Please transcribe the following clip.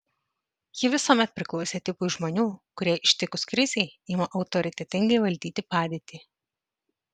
ji visuomet priklausė tipui žmonių kurie ištikus krizei ima autoritetingai valdyti padėtį